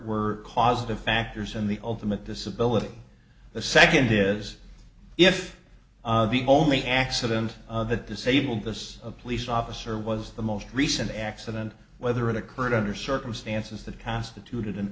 were causative factors in the ultimate disability the second is if the only accident that disabled this police officer was the most recent accident whether it occurred under circumstances that constituted an